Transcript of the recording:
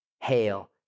Hail